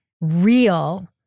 real